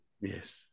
Yes